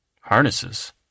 harnesses